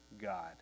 God